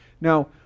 Now